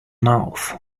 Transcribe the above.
mouth